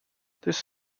this